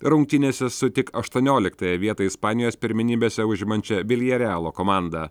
rungtynėse su tik aštuonioliktąją vietą ispanijos pirmenybėse užimančią vilerealo komandą